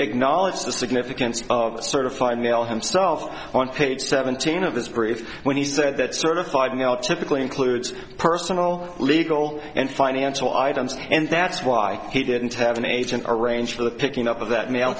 acknowledge the significance of the certified mail himself on page seventeen of this brief when he said that certified mail typically includes personal legal and financial items and that's why he didn't have an agent arrange for the picking up of that